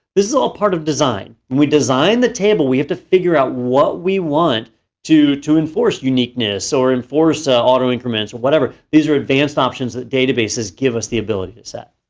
this is all part of design. when we design the table we have to figure out what we want to to enforce uniqueness, or enforce ah auto increments or whatever. these are advanced options that databases give us the ability to set.